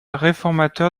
réformateur